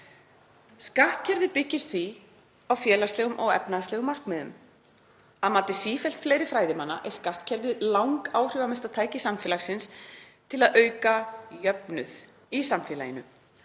Skattkerfið byggist því á félagslegum og efnahagslegum markmiðum. Að mati sífellt fleiri fræðimanna er skattkerfið langáhrifamesta tæki samfélagsins til að auka jöfnuð í samfélaginu.